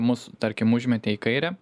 mus tarkim užmetė į kairę